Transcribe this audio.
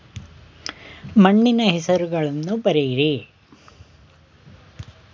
ಮಣ್ಣಿನ ಹೆಸರುಗಳನ್ನು ಬರೆಯಿರಿ